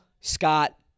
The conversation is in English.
Scott